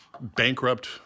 bankrupt